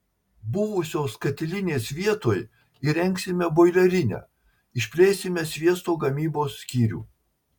buvusios katilinės vietoj įrengsime boilerinę išplėsime sviesto gamybos skyrių